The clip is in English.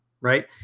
right